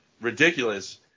ridiculous